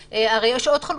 הרי יש עוד חלופות.